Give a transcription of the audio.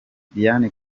diane